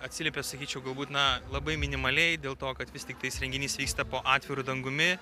atsiliepė sakyčiau galbūt na labai minimaliai dėl to kad vis tiktai renginys vyksta po atviru dangumi